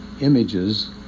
images